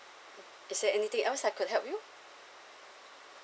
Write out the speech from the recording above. is there anything else I could help you